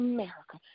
America